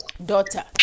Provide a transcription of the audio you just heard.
daughter